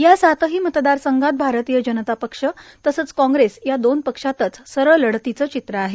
या सातही मतदारसंघात भारतीय जनता पक्ष तसंच कांग्रेस या दोन पक्षातच सरळ लढतीचे चित्र आहे